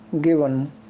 given